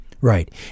right